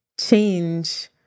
change